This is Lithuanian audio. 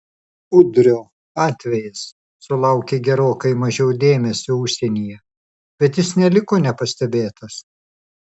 udrio atvejis sulaukė gerokai mažiau dėmesio užsienyje bet jis neliko nepastebėtas